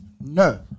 no